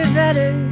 better